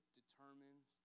determines